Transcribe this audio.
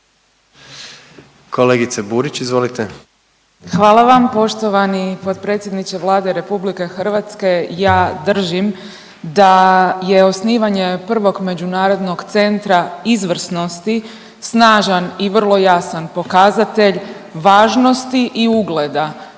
izvolite. **Burić, Majda (HDZ)** Hvala vam. Poštovani potpredsjedniče Vlade RH, ja držim da je osnivanje prvog Međunarodnog centra izvrsnosti snažan i vrlo jasan pokazatelj važnosti i ugleda